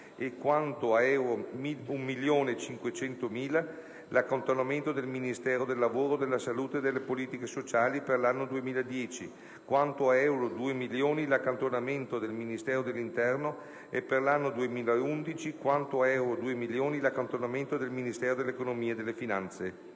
e quanto a euro 1.500.000 l'accantonamento del Ministero del lavoro, della salute e delle politiche sociali, per l'anno 2010, quanto a euro 2.000.000 l'accantonamento del Ministero dell'interno e, per l'anno 2011, quanto a euro 2.000.000 l'accantonamento del Ministero dell'economia e delle finanze.";